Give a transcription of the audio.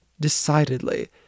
decidedly